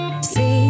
See